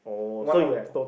one on